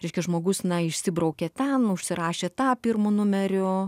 reiškia žmogus na išsibraukė ten užsirašė tą pirmu numeriu